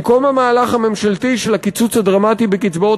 במקום המהלך הממשלתי של הקיצוץ הדרמטי בקצבאות